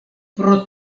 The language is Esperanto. pro